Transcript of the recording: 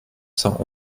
cent